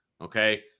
Okay